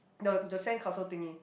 no the sand castle thingy